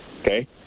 okay